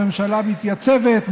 הממשלה מתייצבת,